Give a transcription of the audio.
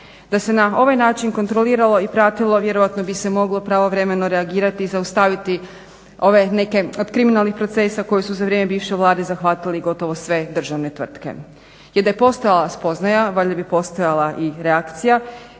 Da se na ovaj način kontroliralo i pratilo vjerojatno bi se moglo pravovremeno reagirati i zaustaviti ove neke od kriminalnih procesa koji su za vrijeme bivše Vlade zahvatili gotovo sve državne tvrtke. Jer da je postojala spoznaja valjda bi postojala i reakcija,